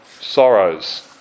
sorrows